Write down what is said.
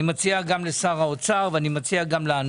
אני מציע גם לשר האוצר ואני מציע גם לנו